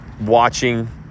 watching